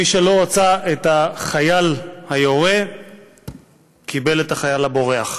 מי שלא רצה את החייל היורה קיבל את החייל הבורח.